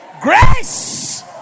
grace